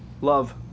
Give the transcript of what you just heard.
love